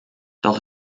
doch